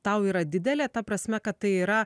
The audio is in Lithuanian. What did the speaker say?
tau yra didelė ta prasme kad tai yra